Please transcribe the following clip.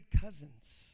cousins